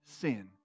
sin